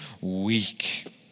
weak